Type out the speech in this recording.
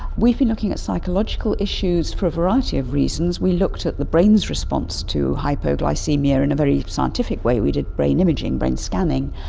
we've been looking at psychological issues for a variety of reasons. we looked at the brain's response to hypoglycaemia in a very scientific way, we did brain imaging, brain scanning,